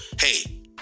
hey